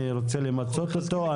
אני רוצה למצות אותו.